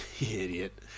idiot